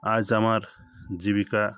আজ আমার জীবিকা